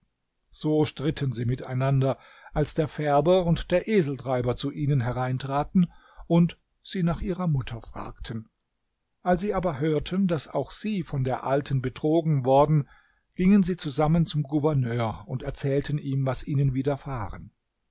so stritten sie miteinander als der färber und der eseltreiber zu ihnen hereintraten und sie nach ihrer mutter fragten als sie aber hörten daß auch sie von der alten betrogen worden gingen sie zusammen zum gouverneur und erzählten ihm was ihnen widerfahren